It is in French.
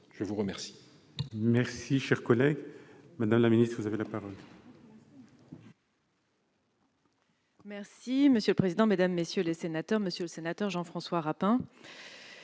je vous remercie